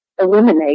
eliminate